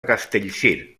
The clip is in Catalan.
castellcir